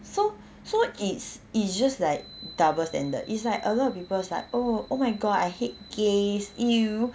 so so it's it's just like double standard it's like a lot of people is like oh my god I hate gays !eww!